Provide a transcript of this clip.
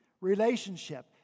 relationship